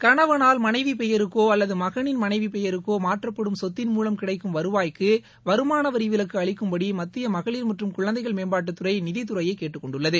கணவனால் மனைவி பெயருக்கோ அல்லது மகனின் மனைவி பெயருக்கோ மாற்றப்படும் சொத்தின் மூவம் கிடைக்கும் வருவாய்க்கு வருமான வரி விலக்கு அளிக்கும்படி மத்திய மகளிர் மற்றும் குழந்தைகள் மேம்பாட்டுத்துறை நிதித்துறையை கேட்டுக் கொண்டுள்ளது